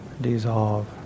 dissolve